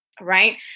right